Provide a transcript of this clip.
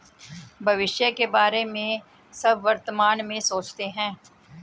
भविष्य के बारे में सब वर्तमान में सोचते हैं